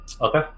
Okay